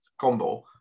combo